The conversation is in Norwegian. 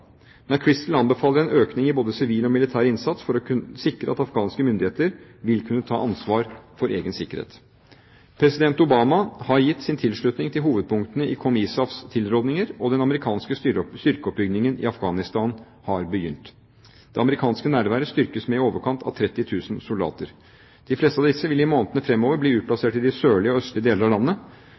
anbefaler en økning i både sivil og militær innsats for å sikre at afghanske myndigheter vil kunne ta ansvar for egen sikkerhet. President Obama har gitt sin tilslutning til hovedpunktene i COMISAFs tilrådninger, og den amerikanske styrkeoppbyggingen i Afghanistan har begynt. Det amerikanske nærværet styrkes med i overkant av 30 000 soldater. De fleste av disse vil i månedene fremover bli utplassert i de sørlige og østlige deler av landet,